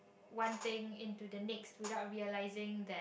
one thing into the next without realizing that